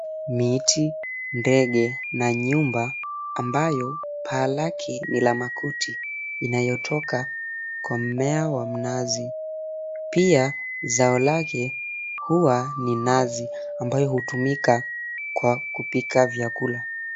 Miti, ndege, na nyumba, ambayo paa lake ni la makuti inayotoka kwa mmea wa mnazi. Pia zao lake huwa ni nazi, ambayo hutumika kwa kupika vyakula.